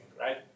right